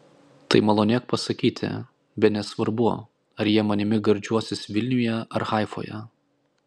tai malonėk pasakyti bene svarbu ar jie manimi gardžiuosis vilniuje ar haifoje